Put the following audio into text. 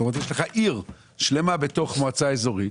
זאת אומרת יש לך עיר שלמה בתוך מועצה אזורית.